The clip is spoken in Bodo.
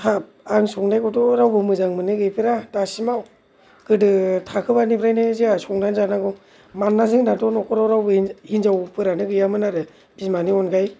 हाब आं संनायखौथ' रावबो मोजां मोनै गैफेरा दासिमाव गोदो थाखोबानिफ्रायनो जोंहा संना जानांगौ मानोना जोंनाथ' न'खराव रावबो होनजाव हिनजावफोरानो गैयामोन आरो बिमानि अनगायै